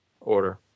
order